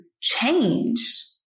change